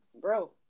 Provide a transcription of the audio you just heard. bro